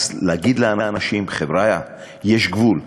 אז להגיד לאנשים: חבריא, יש גבול.